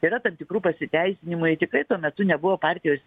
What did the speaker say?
yra tam tikrų pasiteisinimai tikrai tuo metu nebuvo partijos